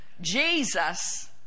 Jesus